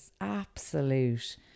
absolute